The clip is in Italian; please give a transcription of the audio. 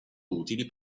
utili